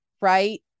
right